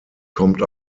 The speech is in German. kommt